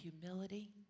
humility